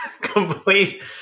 complete